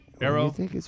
Arrow